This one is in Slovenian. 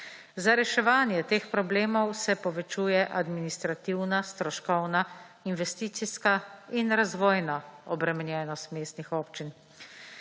Za reševanje teh problemov se povečuje administrativna, stroškovna, investicijska in razvojna obremenjenost mestnih občin.